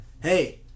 hey